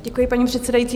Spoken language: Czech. Děkuji, paní předsedající.